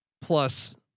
plus